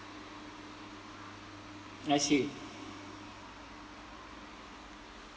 I see